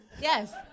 Yes